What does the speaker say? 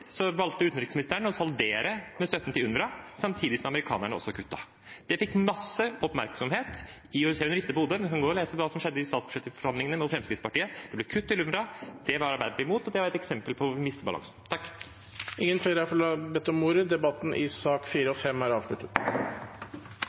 valgte utenriksministeren å sondere med støtten til UNRWA, samtidig som amerikanerne også kuttet. Det fikk masse oppmerksomhet. Jeg ser hun rister på hodet, men hun kan lese hva som skjedde i statsbudsjettsforhandlingene med Fremskrittspartiet. Det ble kutt til UNRWA. Det var Arbeiderpartiet imot, og det er også et eksempel på at vi mister balansen. Flere har ikke bedt om ordet